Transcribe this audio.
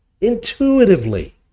intuitively